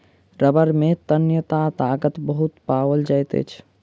रबड़ में तन्यता ताकत बहुत पाओल जाइत अछि